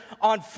on